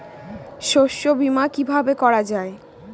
শস্য বীমা কিভাবে করা যায়?